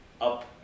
up